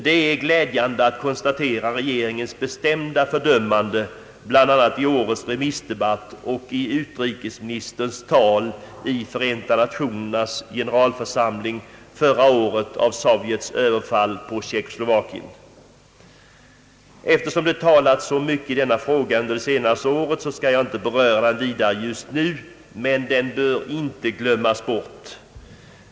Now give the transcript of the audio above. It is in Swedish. Det är glädjande att konstatera regeringens bestämda fördömande, bl.a. i årets remissdebatt och i utrikesministerns tal i Förenta Nationernas generalförsamling förra året, av Sovjets överfall på Tjeckoslovakien. Eftersom det talats så mycket om denna fråga det senaste året skall jag inte beröra den vidare just nu, men den får inte glömmas bort.